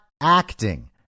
acting